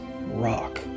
rock